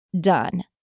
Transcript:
done